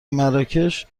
مراکش